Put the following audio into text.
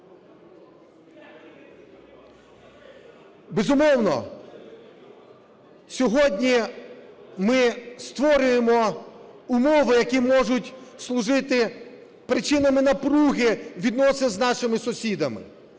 Безумовно, сьогодні ми створюємо умови, які можуть служити причинами напруги відносин з нашими сусідами.